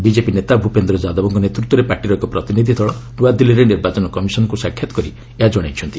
BJP ନେତା ଭପେନ୍ଦ୍ର ଯାଦବଙ୍କ ନେତୃତ୍ୱରେ ପାର୍ଟିର ଏକ ପ୍ରତିନିଧି ଦଳ ନ୍ତଆଦିଲ୍ଲୀରେ ନିର୍ବାଚନ କମିଶନଙ୍କୁ ସାକ୍ଷାତ କରି ଏହା ଜଣାଇଛନ୍ତି